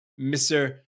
Mr